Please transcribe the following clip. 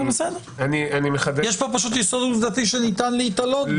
יש פה פשוט יסוד עובדתי שניתן להתלות בו.